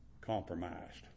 compromised